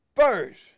First